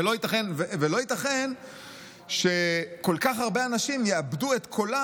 ולא ייתכן שכל כך הרבה אנשים יאבדו את קולם